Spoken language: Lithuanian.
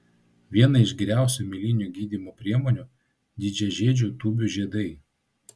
viena iš geriausių mėlynių gydymo priemonių didžiažiedžių tūbių žiedai